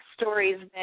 stories